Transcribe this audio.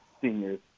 seniors